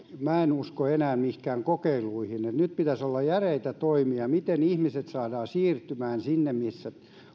minä en usko enää mihinkään kokeiluihin vaan nyt pitäisi olla järeitä toimia miten ihmiset saadaan siirtymään sinne missä